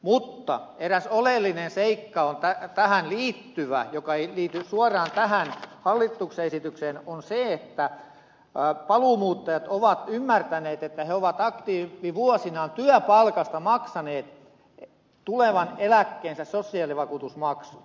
mutta eräs oleellinen tähän liittyvä seikka joka ei liity suoraan tähän hallituksen esitykseen on se että paluumuuttajat ovat ymmärtäneet että he ovat aktiivivuosinaan työpalkasta maksaneet tulevan eläkkeensä sosiaalivakuutusmaksut